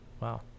wow